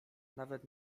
nawet